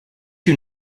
you